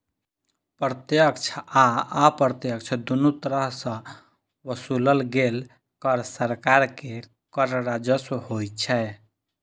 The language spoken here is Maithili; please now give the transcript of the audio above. प्रत्यक्ष आ अप्रत्यक्ष, दुनू तरह सं ओसूलल गेल कर सरकार के कर राजस्व होइ छै